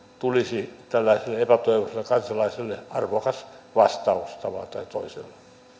tulisi tällaiselle epätoivoiselle kansalaiselle arvokas vastaus tavalla tai toisella